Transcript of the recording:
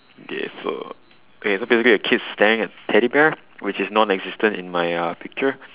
okay so okay so okay the kid's staring at teddy bear which is non existent in my uh picture